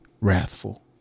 wrathful